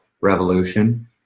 revolution